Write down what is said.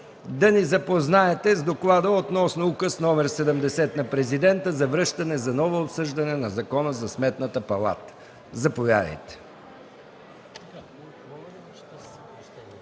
да ни запознаете с доклада относно Указ № 70 на Президента за връщане за ново обсъждане на Закона за Сметната палата.